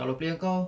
kalau player kau